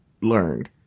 learned